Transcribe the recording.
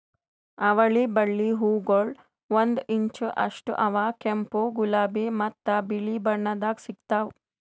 ಅವಳಿ ಬಳ್ಳಿ ಹೂಗೊಳ್ ಒಂದು ಇಂಚ್ ಅಷ್ಟು ಅವಾ ಕೆಂಪು, ಗುಲಾಬಿ ಮತ್ತ ಬಿಳಿ ಬಣ್ಣದಾಗ್ ಸಿಗ್ತಾವ್